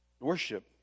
Worship